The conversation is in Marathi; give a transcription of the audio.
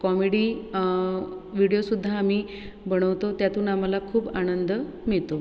कॉमेडी विडीओसुद्धा आम्ही बनवतो त्यातून आम्हाला खूप आनंद मिळतो